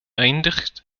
eindigt